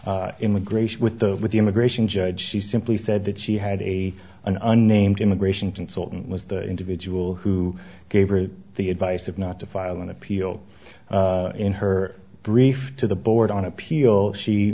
the immigration with the with the immigration judge she simply said that she had a an unnamed immigration consultant was the individual who gave her the advice of not to file an appeal in her brief to the board on appeal she